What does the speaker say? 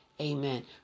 amen